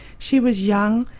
she was young,